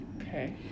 Okay